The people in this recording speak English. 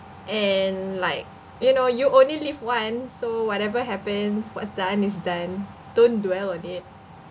and like you know you only live once so whatever happens what's done is done don't dwell on it